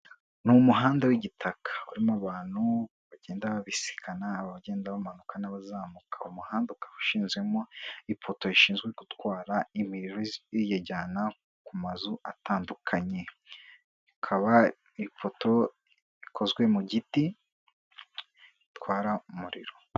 Ni umuhanda w'igitaka urimo abantu bagenda babisikana, abagenda bamanuka n'abazamuka, uwo muhanda ukaba ushinzemo ipoto rishinzwe gutwara imigozi riyijyana ku mazu atandukanye, ikaba ipoto ikozwe mu giti itwara umuriro.